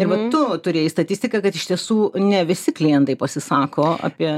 arba tu turėjai statistiką kad iš tiesų ne visi klientai pasisako apie